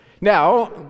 Now